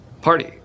party